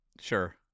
Sure